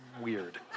weird